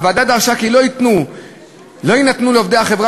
הוועדה דרשה כי לא יינתנו לעובדי החברה